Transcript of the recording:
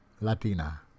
Latina